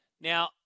Now